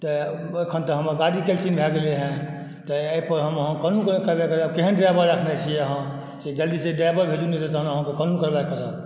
तऽ एखन तऽ हमर गाड़ी कैन्सिल भऽ गेलै हँ तऽ एहिपर हम कानूनी करवाई करब केहन ड्राइवर रखने छी अहाँ जल्दी से ड्राइवर भेजू नहि तऽ कानूनी कार्रवाई करब